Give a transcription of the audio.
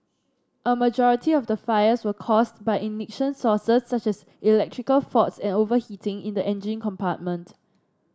a majority of the fires were caused by ignition sources such as electrical faults and overheating in the engine compartment